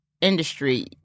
industry